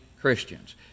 Christians